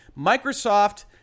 Microsoft